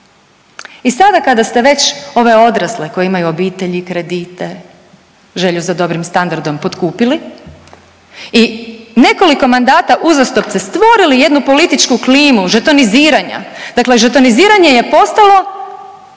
I sada kada ste već ove odrasle koji imaju obitelj i kredite, želju za dobrim standardom potkupili i nekoliko mandata uzastopce stvorili jednu političku klimu žetoniziranja. Dakle, žetoniziranje je postalo